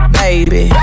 baby